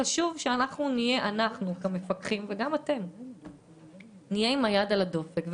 חשוב שאנחנו כמפקחים וגם נציגי משרד הביטחון נהיה עם היד על הדופק.